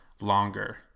longer